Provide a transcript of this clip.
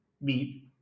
meat